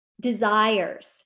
desires